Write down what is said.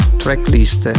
tracklist